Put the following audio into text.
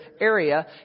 area